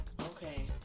Okay